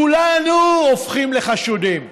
כולנו הופכים לחשודים.